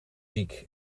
ziek